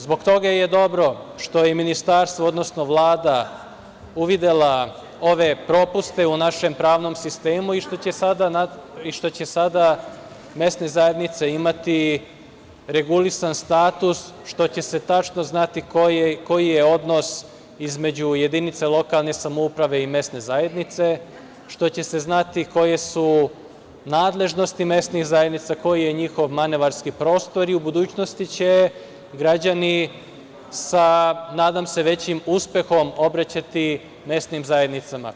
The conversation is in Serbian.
Zbog toga je dobro što je ministarstvo, odnosno Vlada uvidela ove propuste u našem pravnom sistemu i što će sada mesne zajednice imati regulisan status, što će se tačno znati koji je odnos između jedinica lokalne samouprave i mesne zajednice, što će se znati koje su nadležnosti mesnih zajednica, koji je njihov manevarski prostor i u budućnosti će građani sa, nadam se, većim uspehom obraćati mesnim zajednicama.